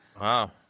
Wow